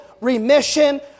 remission